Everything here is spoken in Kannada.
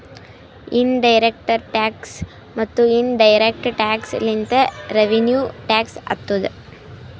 ಇನ್ ಡೈರೆಕ್ಟ್ ಟ್ಯಾಕ್ಸ್ ಮತ್ತ ಡೈರೆಕ್ಟ್ ಟ್ಯಾಕ್ಸ್ ಲಿಂತೆ ರೆವಿನ್ಯೂ ಟ್ಯಾಕ್ಸ್ ಆತ್ತುದ್